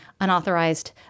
unauthorized